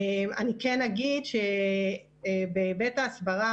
אני כן אגיד שבהיבט ההסברה,